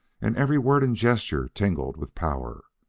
and every word and gesture tingled with power.